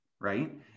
right